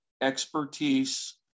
expertise